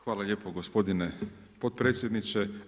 Hvala lijepo gospodine potpredsjedniče.